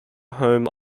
home